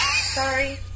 Sorry